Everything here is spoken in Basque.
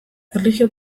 erlijio